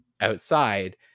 outside